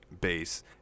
base